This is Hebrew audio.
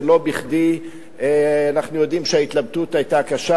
זה לא בכדי, אנחנו יודעים שההתלבטות היתה קשה.